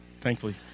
thankfully